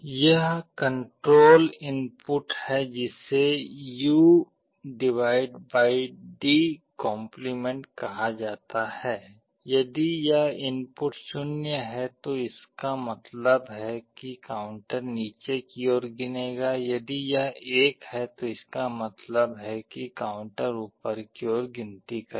एक control input है जिसे UD कहा जाता है यदि यह इनपुट 0 है तो इसका मतलब है कि काउंटर नीचे की ओर गिनेगा यदि यह 1 है तो इसका मतलब है कि काउंटर ऊपर की ओर गिनती करेगा